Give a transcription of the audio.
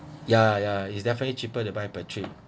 ya ya is definitely cheaper then buy per trip